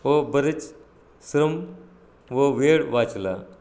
व बरेच श्रम व वेळ वाचला